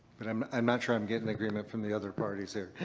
but i'm i'm not sure i'm getting agreement from the other parties here.